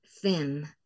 thin